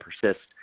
persist